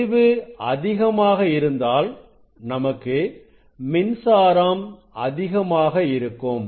செறிவு அதிகமாக இருந்தால் நமக்கு மின்சாரம் அதிகமாக கிடைக்கும்